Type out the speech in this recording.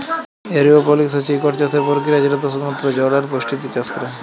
এরওপলিক্স হছে ইকট চাষের পরকিরিয়া যেটতে শুধুমাত্র জল আর পুষ্টি দিঁয়ে চাষ ক্যরা হ্যয়